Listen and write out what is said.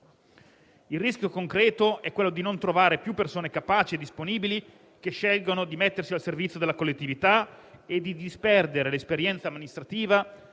Il rischio concreto è di non trovare più persone capaci e disponibili che scelgano di mettersi al servizio della collettività, disperdendo così l'esperienza amministrativa